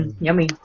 yummy